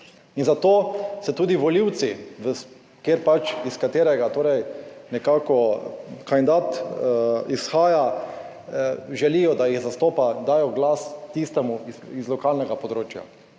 in zato se tudi volivci, kjer pač iz katerega, torej nekako kandidat izhaja, želijo, da jih zastopa, dajo glas tistemu iz lokalnega področja.